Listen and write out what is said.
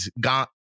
got